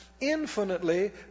infinitely